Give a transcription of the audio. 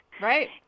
Right